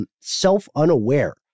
self-unaware